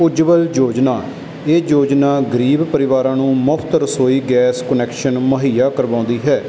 ਉਜਵਲ ਯੋਜਨਾ ਇਹ ਯੋਜਨਾ ਗਰੀਬ ਪਰਿਵਾਰਾਂ ਨੂੰ ਮੁਫ਼ਤ ਰਸੋਈ ਗੈਸ ਕੁਨੈਕਸ਼ਨ ਮੁਹੱਈਆ ਕਰਵਾਉਂਦੀ ਹੈ